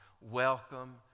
Welcome